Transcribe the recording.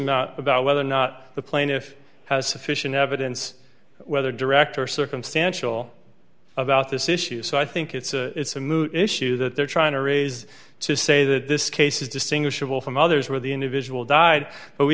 not about whether or not the plaintiff has sufficient evidence whether director circumstantial about this issue so i think it's a it's a moot issue that they're trying to raise to say that this case is distinguishable from others where the individual died but we